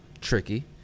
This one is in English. tricky